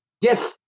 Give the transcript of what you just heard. Yes